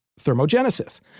thermogenesis